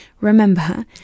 Remember